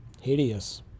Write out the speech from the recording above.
hideous